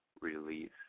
release